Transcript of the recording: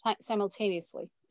Simultaneously